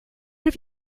have